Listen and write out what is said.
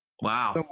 Wow